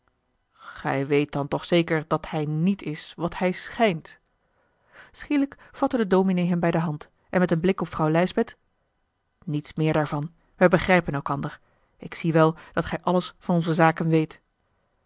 gij weet dan toch zeker dat hij niet is wat hij schijnt schielijk vatte de dominé hem bij de hand en met een blik op vrouw lijsbeth niets meer daarvan wij begrijpen elkander ik zie wel dat gij alles van onze zaken weet